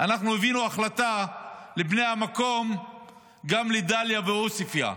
הבאנו החלטה לבני המקום גם לדליה ועוספייא,